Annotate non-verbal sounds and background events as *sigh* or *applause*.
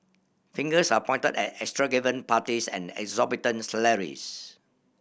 fingers are pointed at *unintelligible* parties and exorbitant salaries